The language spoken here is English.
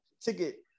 ticket